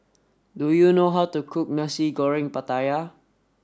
do you know how to cook Nasi Goreng Pattaya